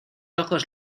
ojos